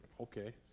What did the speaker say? okay